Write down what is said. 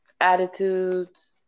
attitudes